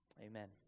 Amen